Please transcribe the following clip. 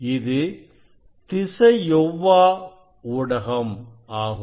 இது திசையொவ்வா ஊடகம் ஆகும்